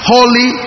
Holy